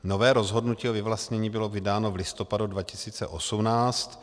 Nové rozhodnutí o vyvlastnění bylo vydáno v listopadu 2018.